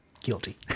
Guilty